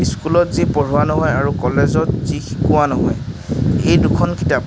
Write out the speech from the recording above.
স্কুলত যি পঢ়োৱা নহয় আৰু কলেজত যি শিকোৱা নহয় এই দুখন কিতাপ